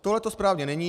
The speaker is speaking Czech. Tohleto správně není.